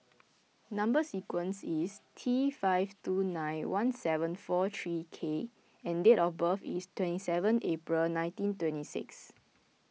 Number Sequence is T five two nine one seven four three K and date of birth is twenty seven April nineteen twenty six